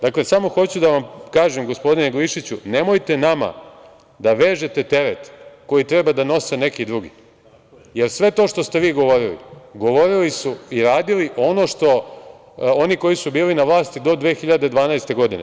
Dakle, samo hoću da vam kažem, gospodine Glišiću, nemojte nama da vežete teret koji treba da nose neki drugi, jer sve to što ste vi govorili, govorili su i radili oni koji su bili na vlasti do 2012. godine.